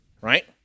right